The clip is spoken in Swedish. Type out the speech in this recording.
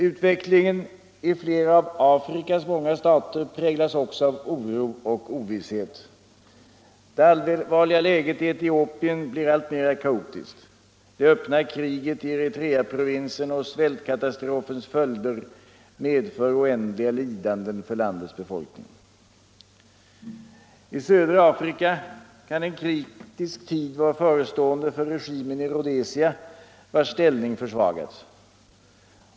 Utvecklingen i flera av Afrikas många stater präglas också av oro och ovisshet. Det allvarliga läget i Etiopien blir alltmera kaotiskt. Det öppna kriget i Eritreaprovinsen och svältkatastrofens följder medför oändliga lidanden för landets befolkning. I södra Afrika kan en kritisk tid vara förestående för regimen i Rhodesia, vars ställning försvagats.